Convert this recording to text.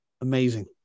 Amazing